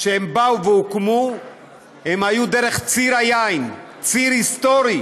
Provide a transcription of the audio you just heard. שהוקמו היו בציר היין, ציר היסטורי